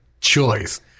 choice